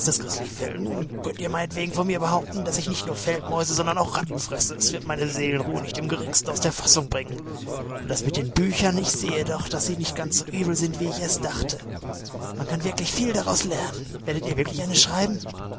grizzlyfell nun könnt ihr meinetwegen von mir behaupten daß ich nicht nur feldmäuse sondern auch ratten fresse es wird meine seelenruhe nicht im geringsten aus der fassung bringen und das mit den büchern ich sehe doch daß sie nicht ganz so übel sind wie ich erst dachte man kann wirklich vieles daraus lernen werdet ihr wirklich eines schreiben